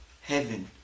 heaven